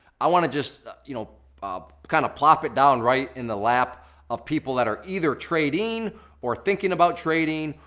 i wanna just you know kinda kind of plop it down right in the lap of people that are either trading or thinking about trading,